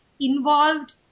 involved